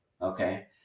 Okay